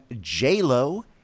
J-Lo